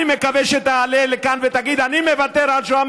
אני מקווה שתעלה לכאן ותגיד: אני מוותר על 750